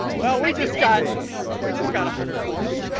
well, we just got we just got a hundred points